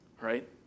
right